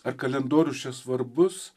ar kalendorius čia svarbus